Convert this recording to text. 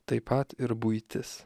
taip pat ir buitis